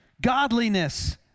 godliness